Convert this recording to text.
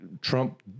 Trump